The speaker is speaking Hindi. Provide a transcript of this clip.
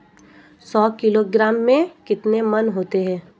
सौ किलोग्राम में कितने मण होते हैं?